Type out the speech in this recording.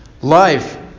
life